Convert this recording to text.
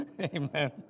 Amen